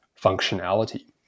functionality